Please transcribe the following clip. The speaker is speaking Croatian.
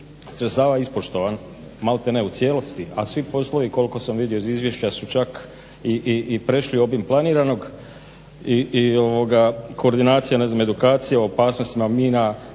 sredstava ispoštovan malte ne u cijelosti, a svi poslovi koliko sam vidio iz izvješća su čak prešli i obim planiranog i koordinacija, ne znam edukacija o opasnostima mina,